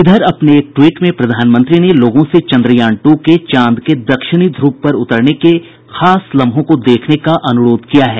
इधर अपने एक ट्वीट में श्री मोदी ने लोगों से चंद्रयान टू के चांद के दक्षिणी ध्रव पर उतरने के खास लम्हों को देखने का अनुरोध किया है